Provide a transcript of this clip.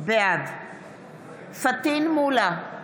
בעד פטין מולא,